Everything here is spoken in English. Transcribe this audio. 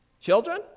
Children